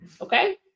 Okay